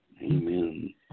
Amen